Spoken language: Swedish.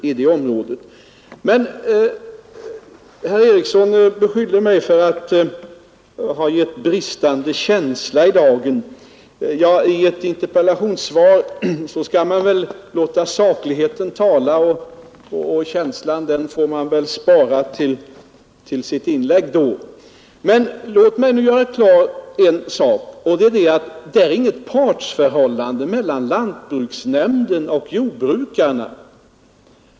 Sedan beskyllde herr Eriksson mig också för att visa bristande känsla, men i ett interpellationssvar skall man väl låta sakligheten komma till uttryck, och känslan får man väl spara till följande inlägg. Låt mig emellertid göra en sak klar, nämligen den att det råder inget partsförhållande mellan lantbruksnämnden och jordbrukarna.